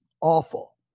Awful